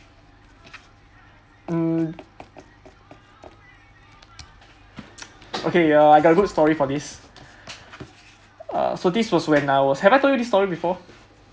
um okay uh I got a good story for this uh so this was when I was have I told you this story before